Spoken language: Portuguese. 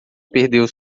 perdeu